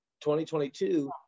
2022